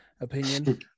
opinion